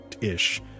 ish